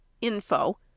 Info